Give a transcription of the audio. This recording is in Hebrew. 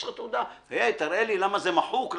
יש לך תעודה, למה זה מחוק?